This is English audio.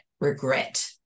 regret